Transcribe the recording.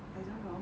I don't know